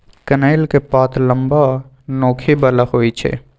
कनइल के पात लम्मा, नोखी बला होइ छइ